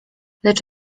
lecz